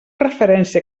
referència